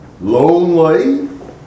lonely